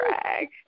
drag